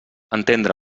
entendre